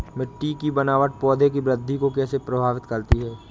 मिट्टी की बनावट पौधों की वृद्धि को कैसे प्रभावित करती है?